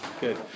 Good